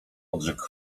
odrzekł